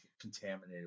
contaminated